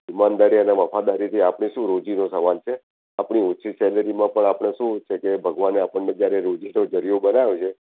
ઈમાનદારી અને વફાદારીથી આપણી શું રોજીનો સવાલ છે આપણે ઓછી સેલરીમાં પણ આપણે શું છે કે ભગવાને આપણને જયારે રોજીનો જરીયો બનાવ્યો છે